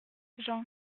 jean